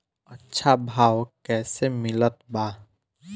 अच्छा भाव कैसे मिलत बा?